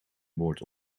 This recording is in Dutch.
moord